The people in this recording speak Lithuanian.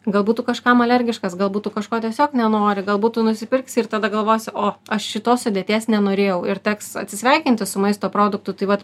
galbūt tu kažkam alergiškas galbūt tu kažko tiesiog nenori galbūt tu nusipirksi ir tada galvosi o aš šitos sudėties nenorėjau ir teks atsisveikinti su maisto produktu tai vat